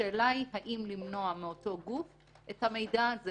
השאלה היא, האם למנוע מאותו גוף את המידע הזה?